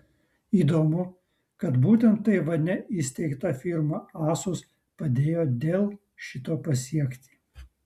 įdomu kad būtent taivane įsteigta firma asus padėjo dell šito pasiekti